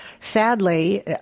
sadly